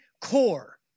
core